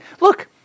Look